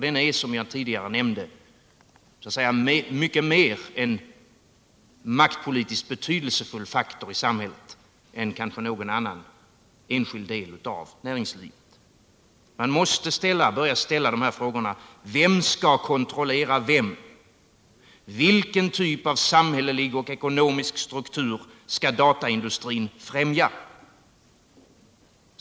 Detta är, som jag tidigare nämnde, en maktpolitiskt mera betydelsefull faktor i samhället än kanske någon annan enskild faktor inom näringslivet. Man måste börja ställa frågorna: Vem skall kontrollera vem? Vilken typ av samhällelig och ekonomisk struktur skall dataindustrin främja?